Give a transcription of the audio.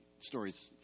stories